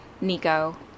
Nico